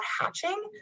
hatching